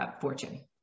fortune